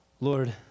Lord